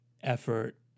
effort